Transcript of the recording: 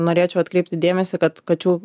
norėčiau atkreipti dėmesį kad kačių